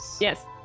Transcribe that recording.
Yes